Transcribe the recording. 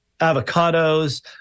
avocados